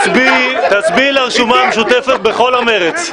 תצביעי לרשימה המשותפת בכל המרץ.